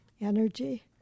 energy